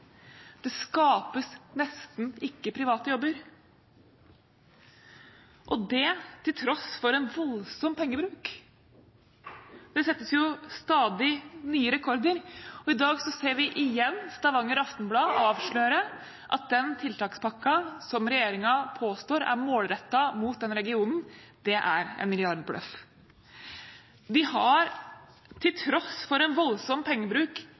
Det skapes nesten ikke private jobber, og det til tross for en voldsom pengebruk. Det settes stadig nye rekorder, og i dag ser vi – igjen – Stavanger Aftenblad avsløre at den tiltakspakken som regjeringen påstår er målrettet mot den regionen, er en milliardbløff. De har – til tross for en voldsom pengebruk